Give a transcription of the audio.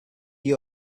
you